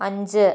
അഞ്ച്